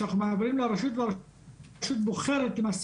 שאנחנו מעבירים לרשות והרשות בוחרת למעשה